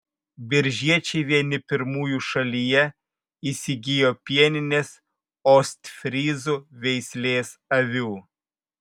biržiečiai vieni pirmųjų šalyje įsigijo pieninės ostfryzų veislės avių